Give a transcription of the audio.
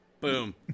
boom